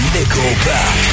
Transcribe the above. Nickelback